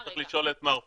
את מר פלוס,